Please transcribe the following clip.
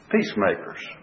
Peacemakers